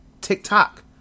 TikTok